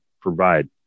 provide